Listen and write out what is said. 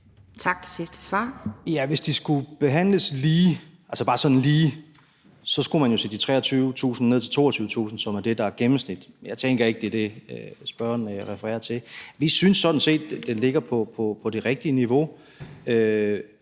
hvis de skulle behandles lige, skulle man jo sætte de 23.000 kr. ned til 22.000 kr., som er det, der er gennemsnittet. Jeg tænker ikke, at det er det, spørgeren refererer til. Vi synes sådan set, at den ligger på det rigtige niveau,